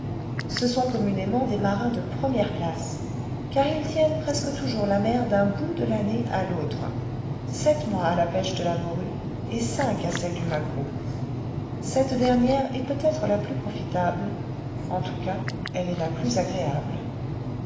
ce sont communément des marins de première classe car ils tiennent presque toujours la mer d'un bout de l'année à l'autre sept mois à la pêche de la morue et cinq à celle du maquereau cette dernière est peut-être la plus profitable en tous cas elle est la plus agréable